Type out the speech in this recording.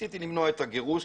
ניסיתי למנוע את הגירוש,